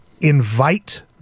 invite